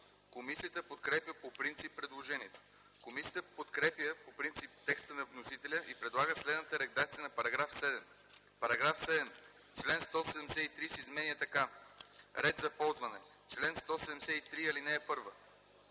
Комисията подкрепя по принцип предложението. Комисията подкрепя по принцип текста на вносителя и предлага следната редакция на § 7: „§ 7. Член 173 се изменя така: „Ред за ползване Чл. 173. (1) В